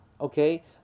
Okay